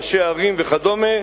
ראשי ערים וכדומה,